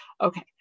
Okay